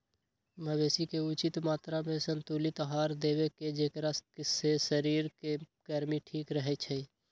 मवेशी के उचित मत्रामें संतुलित आहार देबेकेँ जेकरा से शरीर के गर्मी ठीक रहै छइ